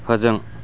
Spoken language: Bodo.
फोजों